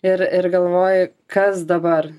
ir ir galvoji kas dabar